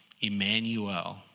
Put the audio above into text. Emmanuel